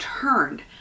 turned